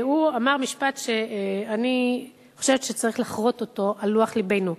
הוא אמר משפט שאני חושבת שצריך לחרות אותו על לוח לבנו,